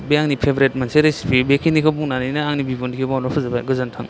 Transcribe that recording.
बे आंनि फेभरेट मोनसे रिसिफि बेखिनिखौ बुंनानैनो आंनि बिबुंथिखौ बावनो फोजोबाय गोजोन्थों